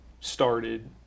started